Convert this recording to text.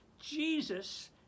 Jesus